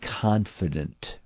confident